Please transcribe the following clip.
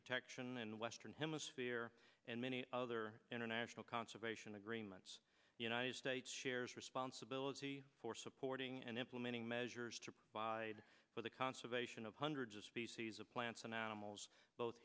protection and western hemisphere and many other international conservation agreements the united states shares responsibility for supporting and implementing measures to provide for the conservation of hundreds of species of plants and animals both